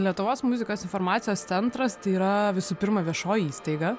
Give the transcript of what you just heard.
lietuvos muzikos informacijos centras tai yra visų pirma viešoji įstaiga